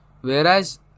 Whereas